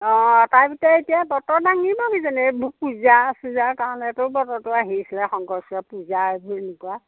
অঁ তাৰ ভিতৰে এতিয়া বতৰ দাঙিব কিজানি এইবোৰ পূজা চূজাৰ কাৰণেতো বতৰটো আহিছিলে শংকৰছোৱা পূজা এইবোৰ এনেকুৱা